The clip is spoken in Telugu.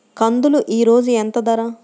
కందులు ఈరోజు ఎంత ధర?